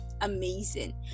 Amazing